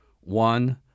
one